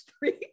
three